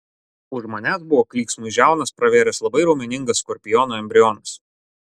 už manęs buvo klyksmui žiaunas pravėręs labai raumeningas skorpiono embrionas